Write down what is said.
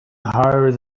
higher